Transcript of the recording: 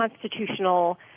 constitutional